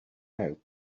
out